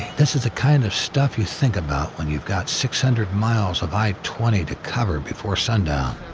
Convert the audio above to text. this is the kind of stuff you think about when you've got six hundred miles of i twenty to cover before sundown.